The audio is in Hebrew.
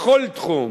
בכל תחום,